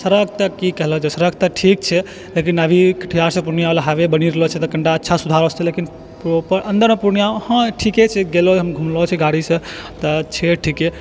सड़क तऽ कि कहलो जाय सड़क तऽ ठीक छै लेकिन अभी कटिहार सऽ पूर्णिया वाला हाईवे बनी रहलो छै तऽ कनीटा अच्छा सुधार हो लेकिन अन्दर मे पूर्णिया हँ ठीके छै गेलो घुमलो छै गाड़ी सऽ तऽ छै ठीके